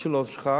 מי שלא שכח,